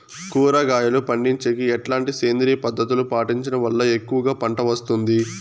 కూరగాయలు పండించేకి ఎట్లాంటి సేంద్రియ పద్ధతులు పాటించడం వల్ల ఎక్కువగా పంట వస్తుంది?